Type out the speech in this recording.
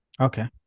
Okay